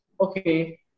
okay